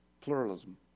pluralism